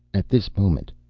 at this moment,